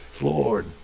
Lord